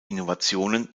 innovationen